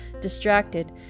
distracted